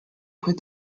quit